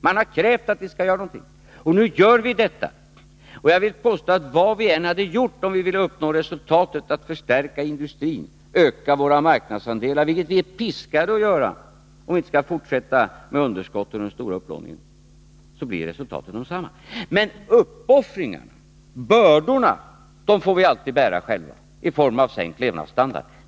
Man har krävt att vi skall göra någonting, och nu gör vi det. Jag vill påstå att vad vi än gör för att uppnå resultatet att förstärka industrin och öka våra marknadsandelar — något som vi är piskade att göra, om vi inte skall fortsätta med underskotten och den stora upplåningen — så blir resultaten desamma. Men uppoffringarna och bördorna får vi alltid bära själva i form av sänkt levnadsstandard.